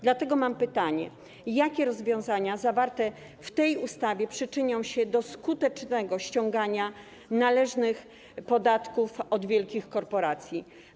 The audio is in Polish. Dlatego mam pytanie: Jakie rozwiązania zawarte w tej ustawie przyczynią się do skutecznego ściągania należnych podatków od wielkich korporacji?